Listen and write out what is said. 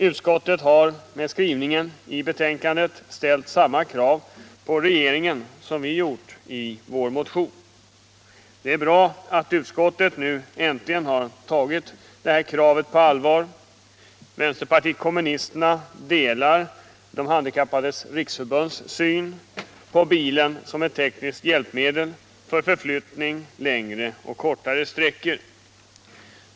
Utskottet har med skrivningar i betänkandet ställt samma krav på regeringen som vi gjorde i vår motion. Det är bra att utskottet nu äntligen har tagit det här kravet på allvar. Vänsterpartiet kommunisterna delar De handikappades riksförbunds syn på bilen som ett tekniskt hjälpmedel för förflyttning längre och kortare sträckor.